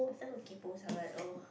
but some kaypohs are like oh